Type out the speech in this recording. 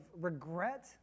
regret